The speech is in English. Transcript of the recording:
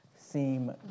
seem